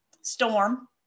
storm